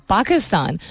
Pakistan